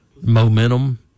momentum